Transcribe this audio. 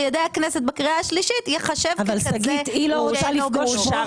ידי הכנסת בקריאה השלישית ייחשב ככזה שאין לו גושפנקה.